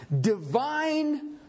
divine